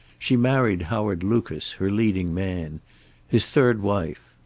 she married howard lucas, her leading man his third wife.